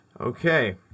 Okay